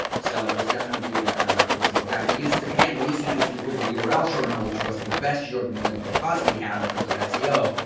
so there's definitely a recent for that we used to again, we used to use the google url shortener, which was the best jordan that you can possibly have in terms of seo,